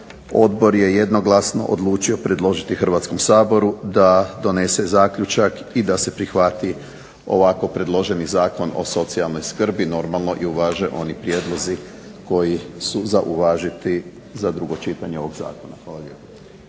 odbor je jednoglasno odlučio predložiti Hrvatskom saboru da donese zaključak i da se prihvati ovako predloženi Zakon o socijalnoj skrbi, normalno i uvaže oni prijedlozi koji su za uvažiti za drugo čitanje ovog zakona.